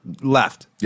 left